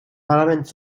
parlaments